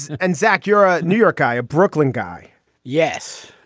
and zach you're a new york guy a brooklyn guy yes.